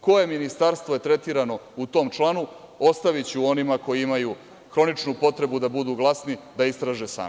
Koje ministarstvo je tretirano u tom članu ostaviću onima koji imaju hroničnu potrebu da budu glasni da istraže sami.